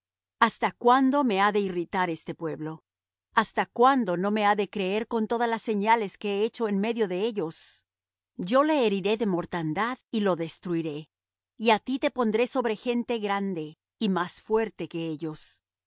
hasta cuándo me ha de irritar este pueblo hasta cuándo no me ha de creer con todas las señales que he hecho en medio de ellos yo le heriré de mortandad y lo destruiré y á ti te pondré sobre gente grande y más fuerte que ellos